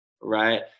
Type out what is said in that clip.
right